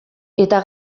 eta